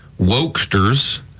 wokesters